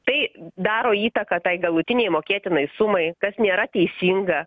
tai daro įtaką tai galutinei mokėtinai sumai kas nėra teisinga